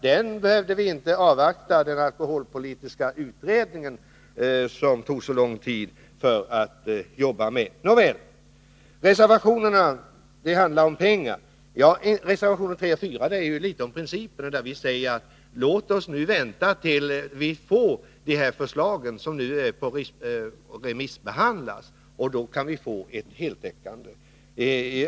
Vi hade inte behövt avvakta den alkoholpolitiska utredningen — som tog mycket lång tid — för att jobba med det. Reservationerna handlar om pengar, sägs det. Men reservationerna 3 och 4 rör sig också om principer. Vi säger: Låt oss vänta till dess vi får de förslag som nu remissbehandlas, så att vi kan få ett heltäckande program.